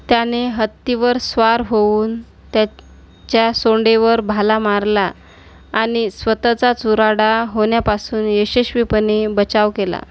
त्याने हत्तीवर स्वार होऊन त्याच्या सोंडेवर भाला मारला आणि स्वतःचा चुराडा होण्यापासून यशस्वीपणे बचाव केला